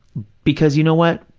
because, you know what,